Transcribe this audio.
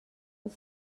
els